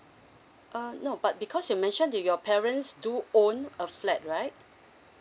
uh no but because you mentioned that your parents do own a flat right